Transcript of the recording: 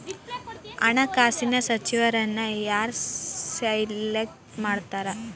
ಹಣಕಾಸಿನ ಸಚಿವರನ್ನ ಯಾರ್ ಸೆಲೆಕ್ಟ್ ಮಾಡ್ತಾರಾ